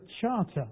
charter